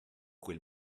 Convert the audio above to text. quel